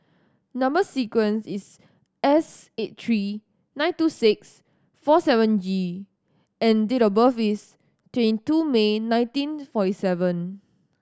number sequence is S eight three nine two six four seven G and date of birth is twenty two May nineteen forty seven